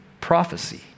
Prophecy